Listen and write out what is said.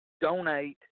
donate